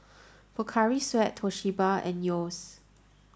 Pocari Sweat Toshiba and Yeo's